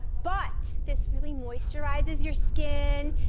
but this really moisturizes your skin.